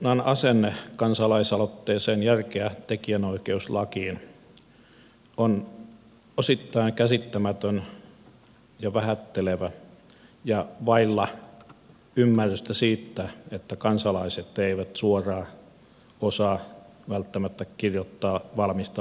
valiokunnan asenne järkeä tekijänoikeuslakiin kansalaisaloitteeseen on osittain käsittämätön ja vähättelevä ja vailla ymmärrystä siitä että kansalaiset eivät suoraan osaa välttämättä kirjoittaa valmista lakitekstiä